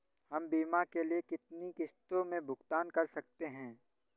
हम बीमा के लिए कितनी किश्तों में भुगतान कर सकते हैं?